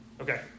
Okay